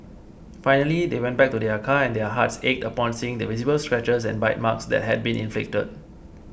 finally they went back to their car and their hearts ached upon seeing the visible scratches and bite marks that had been inflicted